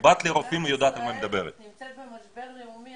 שישראל נמצאת במשבר לאומי.